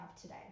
today